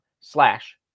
slash